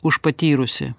už patyrusį